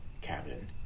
cabin